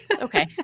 Okay